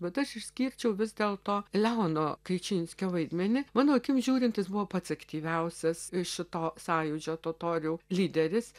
bet aš išskirčiau vis dėlto leono kričinskio vaidmenį mano akimis žiūrint jis buvo pats aktyviausias iš šito sąjūdžio totorių lyderis